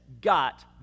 got